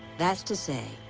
that is to say,